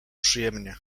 przyjemnie